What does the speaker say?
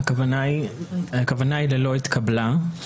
הכוונה היא ללא התקבלה.